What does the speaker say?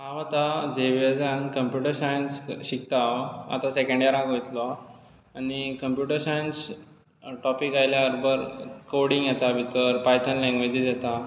हांव आतां झेवियर्झांत कंप्यूटर सायन्स शिकतां आतां सँकेंड इयराक वयतलो आनी कंप्यूटर सायन्स टोपिक आयल्यार कोडिंग येता भितर पायथन लँग्वेजीस येता